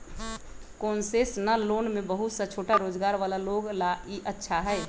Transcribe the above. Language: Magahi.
कोन्सेसनल लोन में बहुत सा छोटा रोजगार वाला लोग ला ई अच्छा हई